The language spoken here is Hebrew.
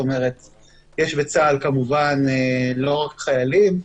יש בצה"ל כמובן לא רק חיילים,